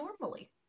normally